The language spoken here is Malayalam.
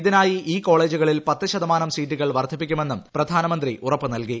ഇതിനായി ഈ കോളേജുകളിൽ പത്തു ശതമാനം സീറ്റുകൾ വർദ്ധിപ്പിക്കുമെന്നും പ്രധാനമന്ത്രി ഉറപ്പുനൽകി